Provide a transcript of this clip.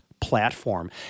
platform